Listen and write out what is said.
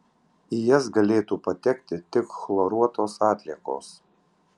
į jas galėtų patekti tik chloruotos atliekos